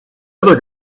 other